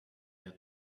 had